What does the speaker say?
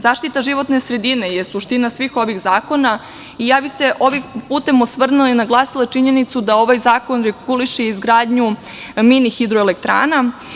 Zaštita životne sredine je suština svih ovih zakona i ja bih se ovim putem osvrnula i naglasila činjenicu da ovaj zakon reguliše izgradnju mini hidroelektrana.